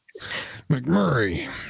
mcmurray